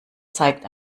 zeigt